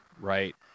right